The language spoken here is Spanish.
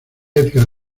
edgar